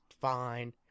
fine